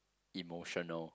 emotional